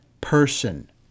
person